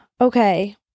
okay